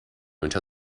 until